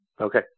Okay